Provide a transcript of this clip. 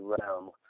realm